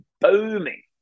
booming